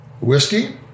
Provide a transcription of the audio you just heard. whiskey